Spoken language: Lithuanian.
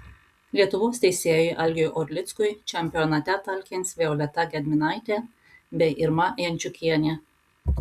lietuvos teisėjui algiui orlickui čempionate talkins violeta gedminaitė bei irma jančiukienė